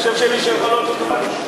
המחשב שלי ושלך לא אותו דבר?